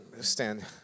stand